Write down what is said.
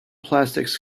plastics